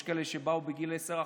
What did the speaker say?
יש כאלה שבאו בגיל 10,